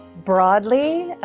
broadly,